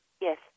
Yes